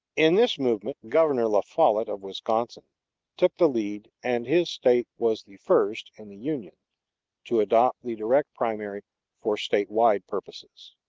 in this movement governor la follette of wisconsin took the lead and his state was the first in the union to adopt the direct primary for state-wide purposes.